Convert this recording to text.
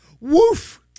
Woof